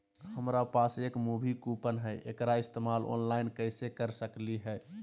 हमरा पास एक मूवी कूपन हई, एकरा इस्तेमाल ऑनलाइन कैसे कर सकली हई?